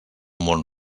món